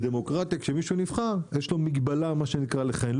שבדמוקרטיה מי שנבחר יש לו מגבלה לכהן,